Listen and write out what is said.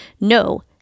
No